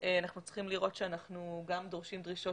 אנחנו צריכים לראות שאנחנו לא דורשים דרישות